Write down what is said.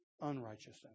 unrighteousness